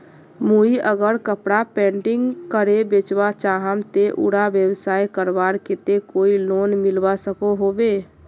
मुई अगर कपड़ा पेंटिंग करे बेचवा चाहम ते उडा व्यवसाय करवार केते कोई लोन मिलवा सकोहो होबे?